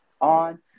on